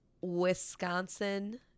Wisconsin